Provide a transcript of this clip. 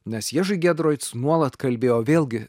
nes jieži giedroic nuolat kalbėjo vėlgi